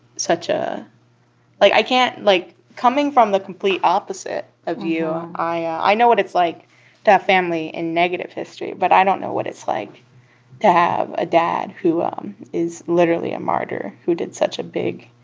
such a like, i can't like, coming from the complete opposite of you, i i know what it's like to have family in negative history. but i don't know what it's like to have a dad who um is literally a martyr, who did such a big,